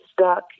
stuck